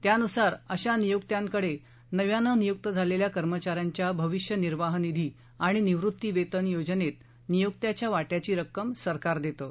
त्यानुसार अशा नियोक्त्यांकडे नव्यानं नियुक्त झालेल्या कर्मचाऱ्याच्या भविष्य निर्वाह निधी आणि निवृत्ती वेतन योजनेत नियोक्त्याच्या वाटयाची रक्कम सरकार देतं